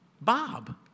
Bob